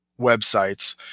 websites